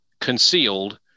concealed